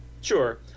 Sure